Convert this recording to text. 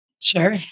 Sure